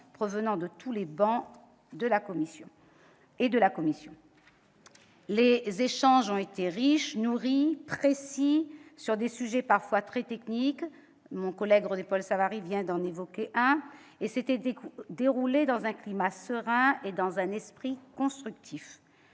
provenant de toutes les travées et de la commission. Nos échanges ont été riches, nourris, précis, sur des sujets parfois très techniques- mon collègue René-Paul Savary vient d'en évoquer un ; ils se sont déroulés dans un climat serein et dans un esprit constructif.